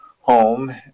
home